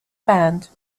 banned